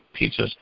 pizzas